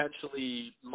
potentially